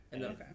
Okay